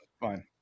fine